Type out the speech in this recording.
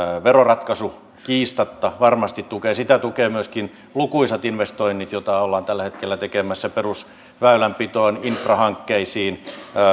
veroratkaisu kiistatta varmasti tukee sitä tukevat myöskin lukuisat investoinnit joita ollaan tällä hetkellä tekemässä perusväylänpitoon infrahankkeisiin